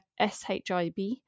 SHIB